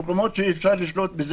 במקומות שאי-אפשר לשלוט,